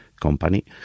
company